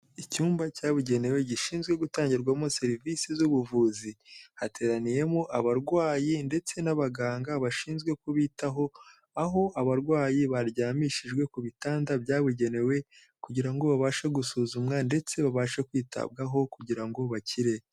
Icyumba cyabugenewe gishinzwe gutangirwamo serivisi z'ubuvuzi hateraniyemo abarwayi ndetse n'abaganga bashinzwe kubitaho aho abarwayi baryamishijwe ku bitanda byabugenewe kugira ngo babashe gusuzumwa ndetse babashe kwitabwaho kugira ngo bakire.